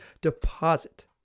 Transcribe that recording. deposit